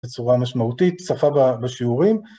בצורה משמעותית, צפה בשיעורים.